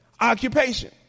Occupation